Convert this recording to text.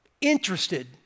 interested